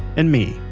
and me,